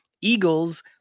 Eagles